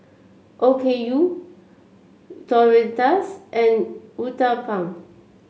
Okayu Tortillas and Uthapam